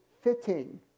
fitting